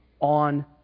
on